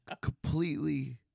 Completely